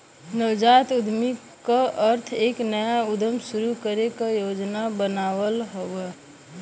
नवजात उद्यमी क अर्थ एक नया उद्यम शुरू करे क योजना बनावल हउवे